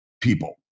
people